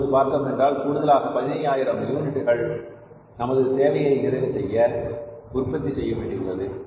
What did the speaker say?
இப்போது பார்த்தோமென்றால் கூடுதலாக 15000 யூனிட்டுகள் நமது தேவையை நிறைவுசெய்ய உற்பத்தி செய்ய வேண்டியுள்ளது